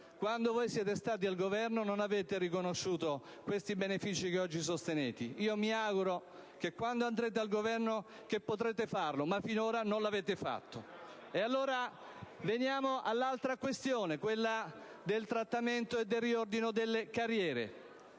Quando siete stati al Governo non avete riconosciuto i benefici che oggi sostenete; mi auguro che quando andrete al Governo possiate farlo, ma finora non l'avete fatto. Veniamo ora alla questione del trattamento e del riordino delle carriere.